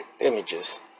images